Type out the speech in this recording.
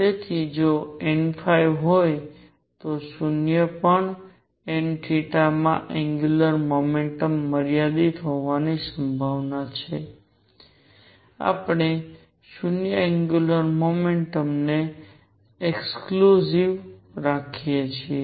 તેથી જો n હોય તો 0 પણ n માં એંગ્યુંલર મોમેન્ટમ મર્યાદિત હોવાની સંભાવના છે આપણે 0 એંગ્યુંલર મોમેન્ટમ ને એક્ષક્લુડિંગ રાખીએ છીએ